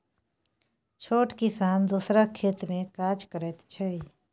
छोट किसान दोसरक खेत मे काज करैत छै